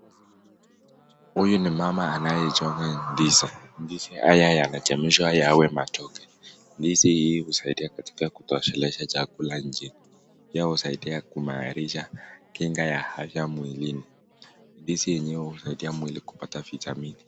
Huyu ni mama anayechonga ndizi. Ndizi haya yanachemshwa yawe matoke. Ndizi hii husaidia katika kutosheleza chakula nchini. Pia husaidia kuimarisha kinga ya afya mwilini, ndizi yenyewe husaidia mwili kupata vitamini